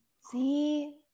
See